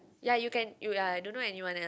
ya you can you ya I don't know anyone else